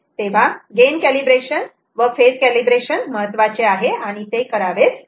तेव्हा gain calibration व phase calibration महत्त्वाचे आहे आणि ते करावेच लागेल